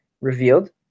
revealed